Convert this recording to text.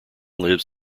lives